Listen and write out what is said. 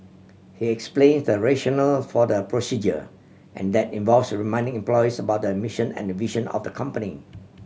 he explains the rationale for the procedures and that involves reminding employees about the mission and vision of the company